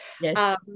Yes